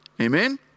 Amen